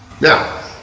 Now